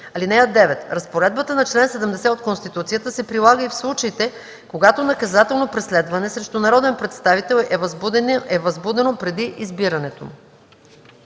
(9) Разпоредбата на чл. 70 от Конституцията се прилага и в случаите, когато наказателно преследване срещу народен представител е възбудено преди избирането